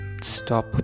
stop